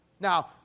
Now